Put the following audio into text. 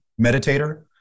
meditator